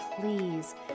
please